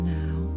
now